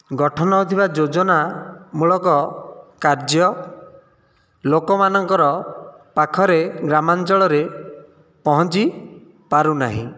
ଗଠନ ହେଉଥିବା ଯୋଜନା ମୂଳକ କାର୍ଯ୍ୟ ଲୋକମାନଙ୍କର ପାଖରେ ଗ୍ରାମାଞ୍ଚଳରେ ପହଞ୍ଚି ପାରୁନାହିଁ